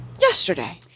yesterday